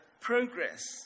progress